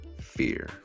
fear